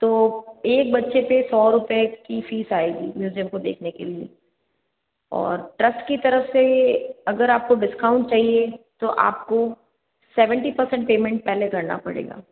तो एक बच्चे पे सौ रूपए की फीस आएगी म्यूज़ियम को देखने के लिए और ट्रस्ट की तरफ से अगर आपको डिस्काउंट चाहिए तो आपको सेवेंटी परसेंट पेमेंट पहले करना पड़ेगा